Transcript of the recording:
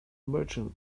merchant